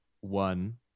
one